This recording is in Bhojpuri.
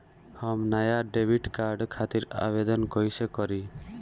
हम नया डेबिट कार्ड खातिर आवेदन कईसे करी?